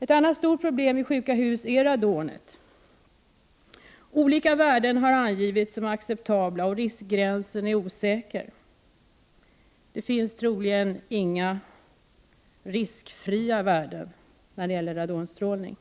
Ett annat stort problem i sjuka hus är radon. Olika värden har angivits som acceptabla. Riskgränsen är osäker. Det finns troligen inte några riskfria värden när det gäller radonstrålning.